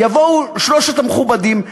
יבואו שלושת המכובדים,